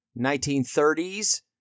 1930s